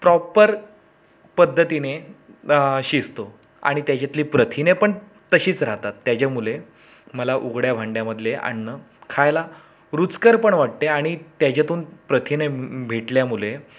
proper पद्धतीने शिजतो आणि त्याच्यातली प्रथिने पण तशीच राहतात त्याच्यामुळे मला उघड्या भांड्यामधले अन्न खायला रुचकर पण वाटते आणि त्याच्यातून प्रथिने भेटल्यामुळे